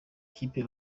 kipe